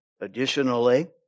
Additionally